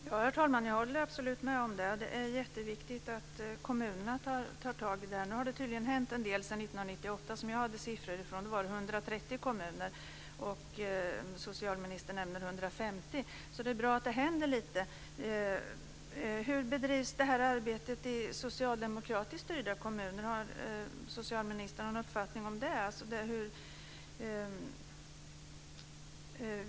Herr talman! Jag håller absolut med om det. Det är jätteviktigt att kommunerna tar itu med detta. Nu har det tydligen hänt något sedan 1998, som jag hade siffror från. Då var det 130 kommuner, och socialministern nämnde 150. Det är bra att det händer lite. Hur bedrivs det här arbetet i socialdemokratiskt styrda kommuner? Har socialministern någon uppfattning om det?